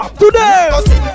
today